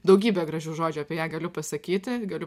daugybę gražių žodžių apie ją galiu pasakyti galiu